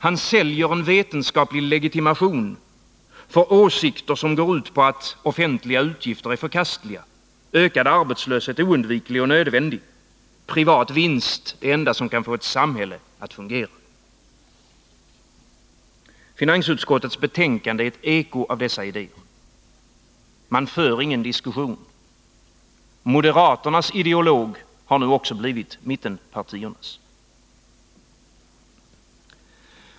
Han säljer en vetenskaplig legitimation för åsikter, som går ut på att offentliga utgifter är förkastliga, ökad arbetslöshet oundviklig och nödvändig, privat vinst det enda som kan få ett samhälle att fungera. Finansutskottets betänkande är ett eko av dessa idéer. Där förs ingen diskussion. Moderaternas ideolog har nu också blivit mittenpartiernas.